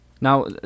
now